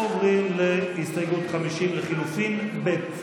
עוברים להסתייגות 50 לחלופין ב'.